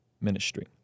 ministry